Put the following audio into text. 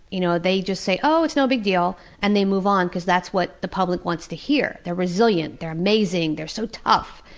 you know they just say, oh, it's no big deal and they move on, because that's what the public wants to hear they're resilient, they're amazing, they're so tough!